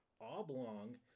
oblong